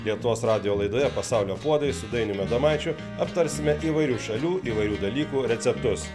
lietuvos radijo laidoje pasaulio puodai su dainiumi adomaičiu aptarsime įvairių šalių įvairių dalykų receptus